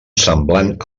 semblant